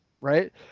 right